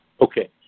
Okay